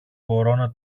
κορώνα